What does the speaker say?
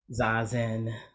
Zazen